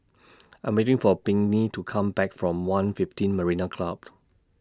I'm waiting For Pinkney to Come Back from one fifteen Marina Club